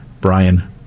Brian